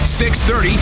630